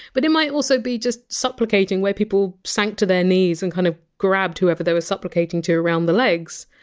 but it might also be just supplicating, where people sank to their knees and kind of grabbed whoever they were supplicating to around the legs.